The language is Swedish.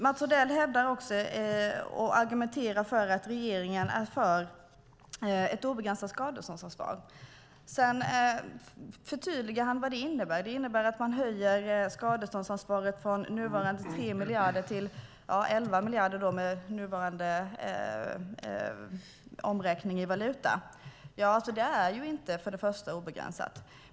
Mats Odell hävdar också - och argumenterar för det - att regeringen är för ett obegränsat skadeståndsansvar. Sedan förtydligar Odell vad det innebär, nämligen att skadeståndsansvaret höjs från nuvarande 3 miljarder kronor till 11 miljarder kronor med nuvarande valutaomräkning. Först och främst är skadeståndsansvaret inte obegränsat.